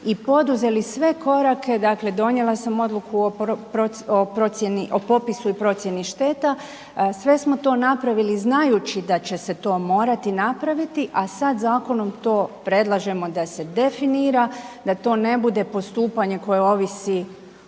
i poduzeli sve korake, dakle donijela sam odluku o procjeni, o popisu i procjeni šteta, sve smo to napravili znajući da će se to morati napraviti, a sad zakonom to predlažemo da se definira, da to ne bude postupanje koje ovisi,